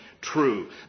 true